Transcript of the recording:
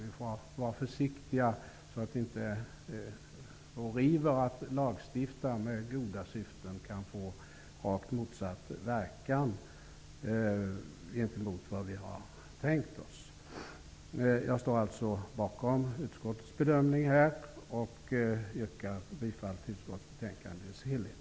Vi får vara försiktiga så att inte vår iver att lagstifta med goda syften får rakt motsatt verkan mot vad vi har tänkt oss. Jag står alltså bakom utskottets bedömning och yrkar bifall till utskottets hemställan i dess helhet.